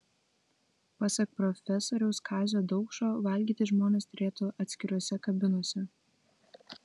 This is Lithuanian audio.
pasak profesoriaus kazio daukšo valgyti žmonės turėtų atskirose kabinose